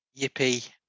Yippee